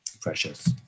precious